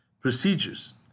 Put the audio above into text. Procedures